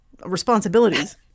responsibilities